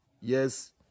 Yes